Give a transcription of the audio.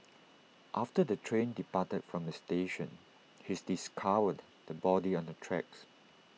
after the train departed from the station his discovered the body on the tracks